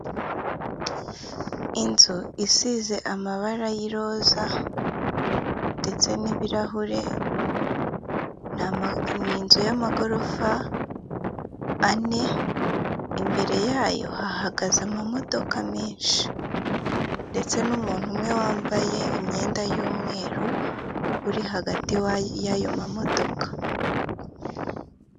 Inzu isize amabara y'iroza ndetse n'ibirahure, ni inzu y'amagorofa ane imbere yayo hahagaze ama modoka menshi ndetse n'umuntu umwe wambaye imyenda y'umweru uri hagati y'ayo ma modoka.